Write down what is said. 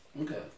Okay